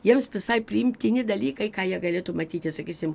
jiems visai priimtini dalykai ką jie galėtų matyti sakysim